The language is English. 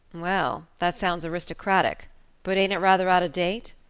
well, that sounds aristocratic but ain't it rather out of date?